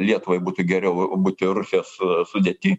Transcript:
lietuvai būtų geriau būti rusijos sudėty